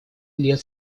лет